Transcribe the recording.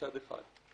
מצד אחד,